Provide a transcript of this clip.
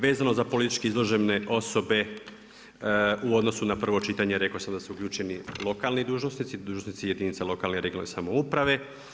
Vezano za politički izložene osobe u odnosu na prvo čitanje rekao sam da su uključeni lokalni dužnosnici, dužnosnici jedinica lokalne i regionalne samouprave.